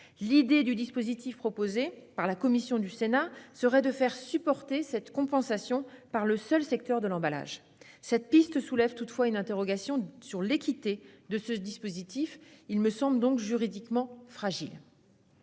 L'idée du dispositif proposé par la commission du Sénat serait de faire supporter cette compensation par le seul secteur de l'emballage. Cette piste soulève toutefois une interrogation sur l'équité de ce dispositif. Il me semble donc juridiquement fragile.